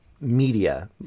media